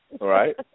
right